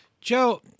Joe